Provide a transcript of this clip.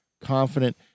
confident